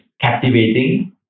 captivating